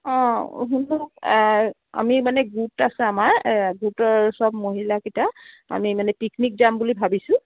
অঁ শুনক আমি মানে গোট আছে আমাৰ গোটৰ চব মহিলাকেইটা আমি মানে পিকনিক যাম বুলি ভাবিছোঁ